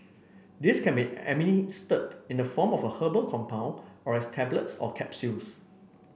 these can be administered in the form of a herbal compound or as tablets or capsules